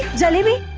jalebi?